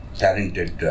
talented